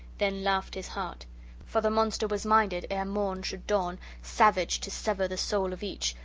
then laughed his heart for the monster was minded, ere morn should dawn, savage, to sever the soul of each,